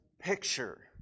picture